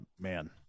Man